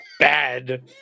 Bad